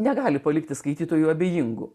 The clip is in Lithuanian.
negali palikti skaitytojų abejingų